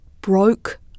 broke